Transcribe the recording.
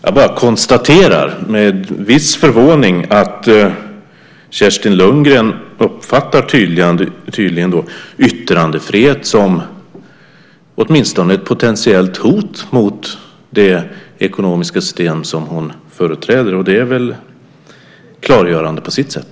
Jag bara konstaterar med viss förvåning att Kerstin Lundgren tydligen uppfattar yttrandefrihet som åtminstone ett potentiellt hot mot det ekonomiska system som hon företräder, och det är väl klargörande på sitt sätt.